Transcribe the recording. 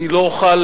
אני לא אוכל,